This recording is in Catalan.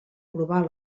provar